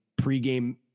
pregame